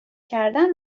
کردن